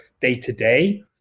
day-to-day